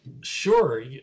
sure